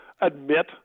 admit